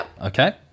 okay